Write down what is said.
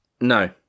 No